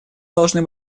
должны